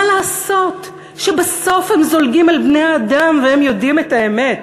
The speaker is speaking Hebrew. מה לעשות שבסוף הם זולגים אל בני-האדם והם יודעים את האמת?